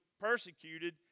persecuted